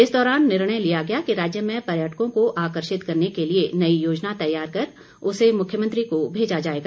इस दौरान निर्णय लिया गया कि राज्य में पर्यटकों को आकर्षित करने के लिए नई योजना तैयार कर उसे मुख्यमंत्री को भेजा जाएगा